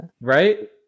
Right